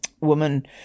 woman